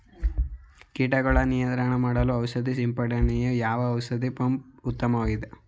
ಕೀಟಗಳ ನಿಯಂತ್ರಣ ಮಾಡಲು ಔಷಧಿ ಸಿಂಪಡಣೆಗೆ ಯಾವ ಔಷಧ ಪಂಪ್ ಉತ್ತಮವಾಗಿದೆ?